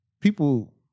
People